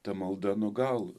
ta malda nu gal